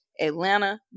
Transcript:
Atlanta